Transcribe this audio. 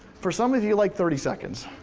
for some of you, like thirty seconds.